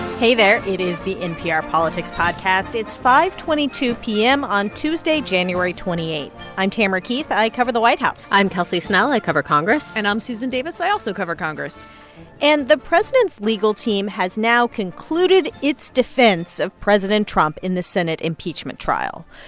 hey there. it is the npr politics podcast. it's five twenty two p m. on tuesday, january twenty eight point i'm tamara keith. i cover the white house i'm kelsey snell. i cover congress and i'm susan davis. i also cover congress and the president's legal team has now concluded its defense of president trump in the senate impeachment trial.